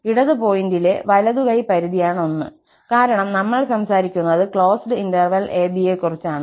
ഇടത് പോയിന്റിലെ വലതു കൈ പരിധിയാണ് ഒന്ന് കാരണം നമ്മൾ സംസാരിക്കുന്നത് ക്ലോസ്ഡ് ഇന്റർവെൽ a b യെ കുറിച്ചാണ്